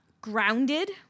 grounded